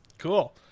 Cool